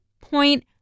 point